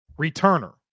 returner